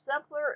simpler